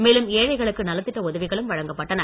மேலும் ஏழைகளுக்கு நலத்திட்ட உதவிகளும் வழங்கப்பட்டன